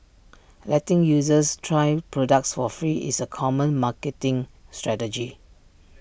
letting users try products for free is A common marketing strategy